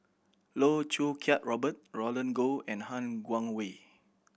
Loh Choo Kiat Robert Roland Goh and Han Guangwei